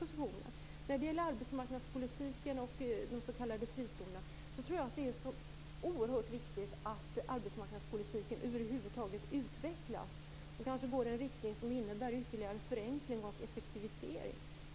Hans Anderson tar också upp arbetsmarknadspolitiken och de s.k. frizonerna. Det är oerhört viktigt att arbetsmarknadspolitiken över huvud taget utvecklas och kanske går mot ytterligare förenkling och effektivisering.